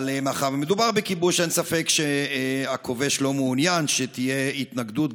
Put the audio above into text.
אבל מאחר שמדובר בכיבוש אין ספק שהכובש לא מעוניין שתהיה התנגדות,